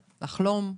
לחלום,